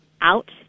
out